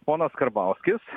ponas karbauskis